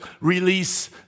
release